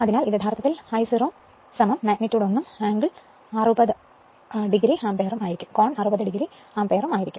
അതിനാൽ ഇത് യഥാർത്ഥത്തിൽ I0 മാഗ്നിറ്റ്യൂഡ് 1 ഉം ആംഗിൾ 60 degree ആമ്പിയർ ആയിരിക്കും